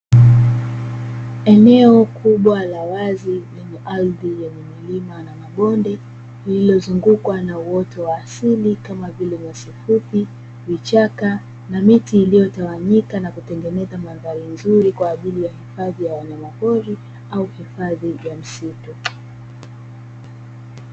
Eneo kubwa la wazi lenye ardhi yenye milima na mabonde, lilozungukwa na uoto wa asili kama vile nyasi fupi, vichaka na miti iliyotawanyika na kutengeneza mandhari nzuri kwa ajili ya hifadhi ya wanyama pori au hifadhi ya msitu.